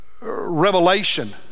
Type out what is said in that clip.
Revelation